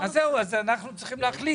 אז אנחנו צריכים להחליט.